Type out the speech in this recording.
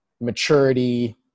maturity